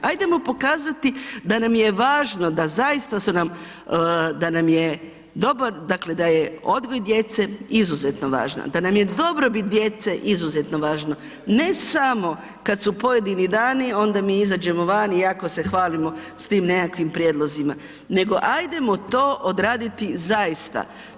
Hajdemo pokazati da nam je važno da zaista su nam, da nam doba, dakle da je odgoj djece izuzetno važno, da nam je dobrobit djece izuzetno važno, ne samo kad su pojedini dani, onda mi izađemo van i jako se hvalimo s tim nekakvim prijedlozima, nego hajdemo to odraditi zaista.